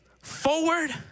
forward